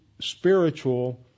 spiritual